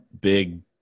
big